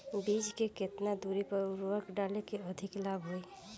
बीज के केतना दूरी पर उर्वरक डाले से अधिक लाभ होई?